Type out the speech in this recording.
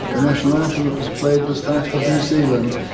the national anthem that was played was that of new zealand.